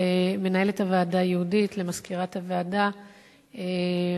למנהלת הוועדה, יהודית, ולמזכירת הוועדה רבקה.